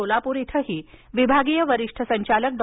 सोलपूर इथंही विभागीय वरिष्ठ संचालक डॉ